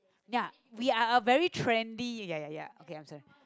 ya we are a very trendy ya ya ya okay I'm sorry